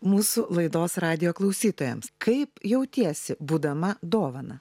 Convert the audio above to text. mūsų laidos radijo klausytojams kaip jautiesi būdama dovana